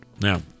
now